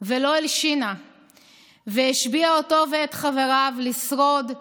ולא הלשינה והשביעה אותו ואת חבריו לשרוד,